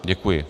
Děkuji.